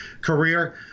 career